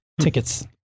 Tickets